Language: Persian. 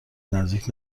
نزدیک